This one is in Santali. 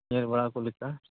ᱧᱮᱞ ᱵᱟᱲᱟ ᱠᱚ ᱞᱮᱠᱟ